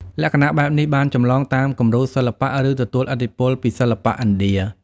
លក្ខណៈបែបនេះបានចម្លងតាមគំរូសិល្បៈ ឬទទួលឥទ្ធិពលពីសិល្បៈឥណ្ឌា។